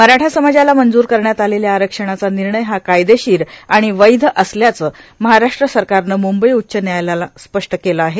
मराठा समाजाला मंजूर करण्यात आलेल्या आरक्षणाचा निर्णय हा कायदेशिर आणि वैद्य असल्याचं महाराष्ट्र सरकारनं मुंबई उच्च व्यायालयाला स्पष्ट केलं आहे